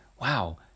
wow